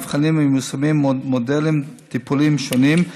נבחנים ומיושמים מודלים טיפוליים שונים,